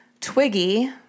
Twiggy